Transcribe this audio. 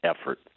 effort